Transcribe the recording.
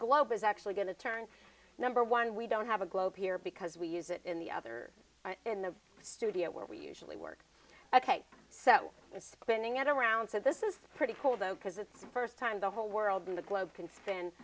globe is actually going to turn number one we don't have a globe here because we use it in the other in the studio where we usually work ok so it's spinning it around so this is pretty cool though because it's the first time the whole world in the globe c